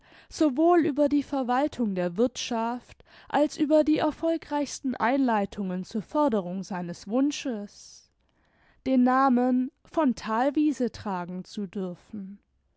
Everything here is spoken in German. sowohl über die verwaltung der wirthschaft als über die erfolgreichsten einleitungen zur förderung seines wunsches den namen von thalwiese tragen zu dürfen